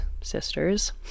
sisters